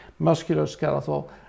musculoskeletal